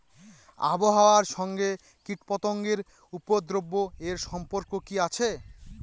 আবহাওয়ার সঙ্গে কীটপতঙ্গের উপদ্রব এর সম্পর্ক কি আছে?